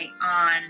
on